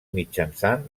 mitjançant